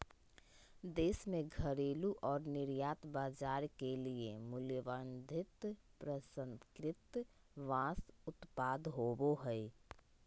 देश में घरेलू और निर्यात बाजार के लिए मूल्यवर्धित प्रसंस्कृत बांस उत्पाद होबो हइ